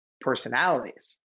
personalities